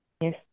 Yes